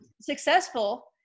successful